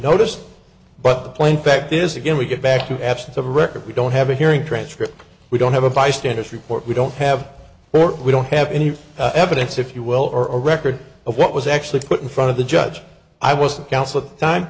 noticed but the plain fact is again we get back to the absence of records we don't have a hearing transcript we don't have a bystander's report we don't have or we don't have any evidence if you will or a record of what was actually put in front of the judge i wasn't counsel of the time